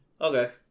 okay